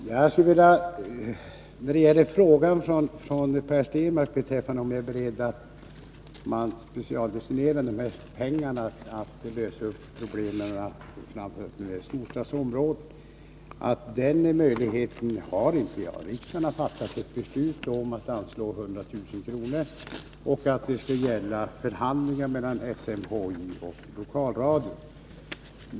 Herr talman! Jag skulle vilja svara på Per Stenmarcks fråga, om jag är beredd att specialdestinera de här pengarna för att lösa problemet, framför allt när det gäller storstadsområdet, att den möjligheten har jag inte. Riksdagen har fattat ett beslut om att anslå 100 000 kr. och att det skall gälla förhandlingen mellan SMHI och lokalradion.